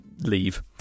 leave